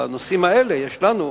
ובנושאים האלה יש לנו,